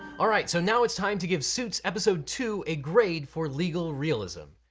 all right, so now it's time to give suits episode two a grade for legal realism.